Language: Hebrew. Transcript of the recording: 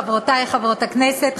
חברותי חברות הכנסת,